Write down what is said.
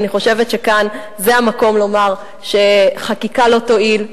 ואני חושבת שכאן המקום לומר שחקיקה לא תועיל,